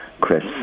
Chris